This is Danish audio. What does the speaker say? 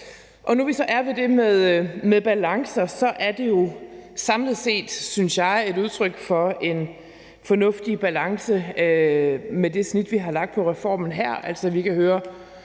Nu vi så er ved det med balancer, er det jo samlet set, synes jeg, et udtryk for en fornuftig balance med det snit, vi har lagt med reformen her.